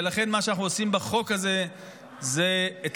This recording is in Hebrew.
ולכן מה שאנחנו עושים בחוק הזה זה את